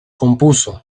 compuso